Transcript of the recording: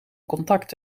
contact